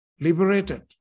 liberated